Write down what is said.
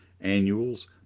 annuals